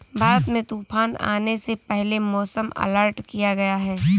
भारत में तूफान आने से पहले मौसम अलर्ट किया गया है